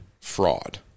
fraud